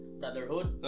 Brotherhood